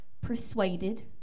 persuaded